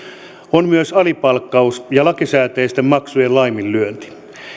on myös alipalkkaus ja lakisääteisten maksujen laiminlyönti